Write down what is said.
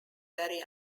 very